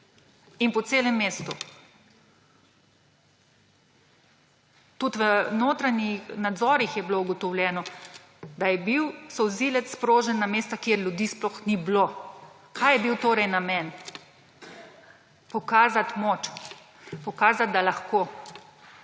in po celem mestu. Tudi v notranjih nadzorih je bilo ugotovljeno, da je bil solzivec sprožen na mesta, kjer ljudi sploh ni bilo. Kaj je bil torej namen? Pokazati moč, pokazati, da lahko,